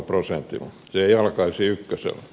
se ei alkaisi ykkösellä